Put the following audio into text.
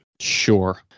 Sure